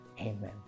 amen